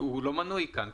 הוא לא מנוי כאן.